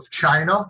China